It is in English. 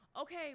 okay